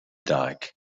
dark